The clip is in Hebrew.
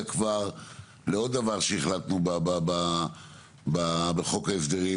כבר לעוד דבר שהחלטנו בחוק ההסדרים,